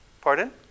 Pardon